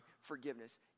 forgiveness